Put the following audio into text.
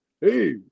Hey